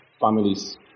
families